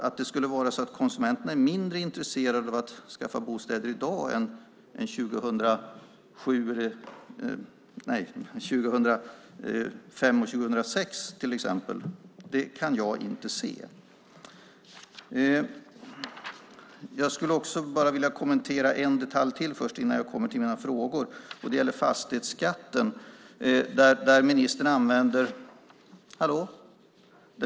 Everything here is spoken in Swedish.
Att det skulle vara så att konsumenterna är mindre intresserade av att skaffa bostäder i dag än till exempel 2005 och 2006 kan jag inte se. Jag skulle bara vilja kommentera en detalj till innan jag kommer till mina frågor. Det gäller fastighetsskatten.